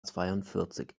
zweiundvierzig